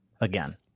again